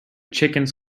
chickens